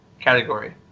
category